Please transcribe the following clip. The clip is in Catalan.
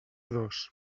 dos